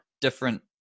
different